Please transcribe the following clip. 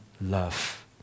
love